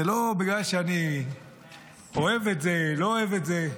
זה לא בגלל שאני אוהב את זה, לא אוהב את זה.